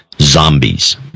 Zombies